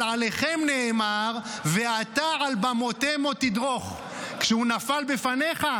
אמר לו מרדכי: זה נאמר על מי שהוא מבני בריתנו,